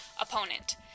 opponent